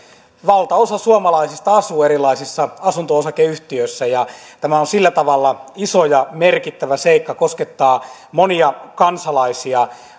valtaosa suomalaisista asuu erilaisissa asunto osakeyhtiöissä ja tämä on sillä tavalla iso ja merkittävä seikka koskettaa monia kansalaisia